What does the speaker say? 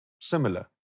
similar